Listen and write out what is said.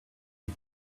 you